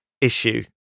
issue